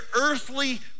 earthly